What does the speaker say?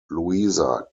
louisa